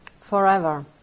forever